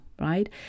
Right